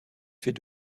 fait